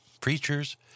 preachers